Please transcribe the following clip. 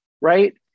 right